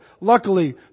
luckily